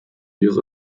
years